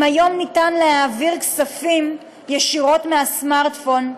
אם היום ניתן להעביר כספים ישירות מהסמארטפון,